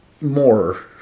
more